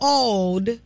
old